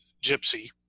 gypsy